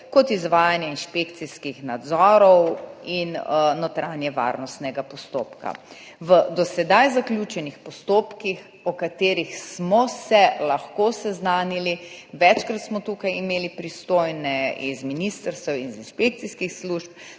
kot izvajanja inšpekcijskih nadzorov in notranjevarnostnega postopka v do sedaj zaključenih postopkih, o katerih smo se lahko seznanili. Večkrat smo tu imeli pristojne z ministrstev, iz inšpekcijskih služb,